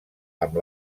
amb